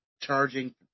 charging